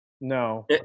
no